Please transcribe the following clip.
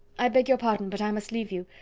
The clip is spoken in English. i beg your pardon, but i must leave you.